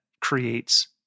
creates